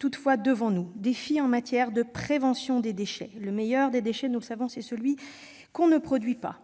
toutefois devant nous, notamment en matière de prévention des déchets. Le meilleur des déchets, nous le savons, c'est celui qu'on ne produit pas